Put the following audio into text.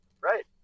right